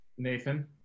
Nathan